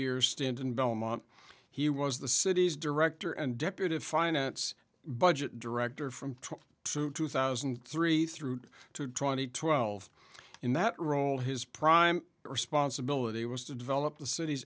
years stanton belmont he was the city's director and deputy finance budget director from two to two thousand and three through to twenty twelve in that role his prime responsibility was to develop the cit